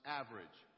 average